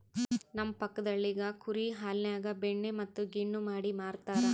ನಮ್ಮ ಪಕ್ಕದಳ್ಳಿಗ ಕುರಿ ಹಾಲಿನ್ಯಾಗ ಬೆಣ್ಣೆ ಮತ್ತೆ ಗಿಣ್ಣು ಮಾಡಿ ಮಾರ್ತರಾ